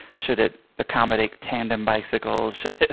should it accommodate tandem bicycles, should it